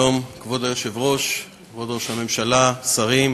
שלום, כבוד היושב-ראש, כבוד ראש הממשלה, שרים,